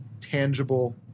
tangible